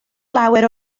lawer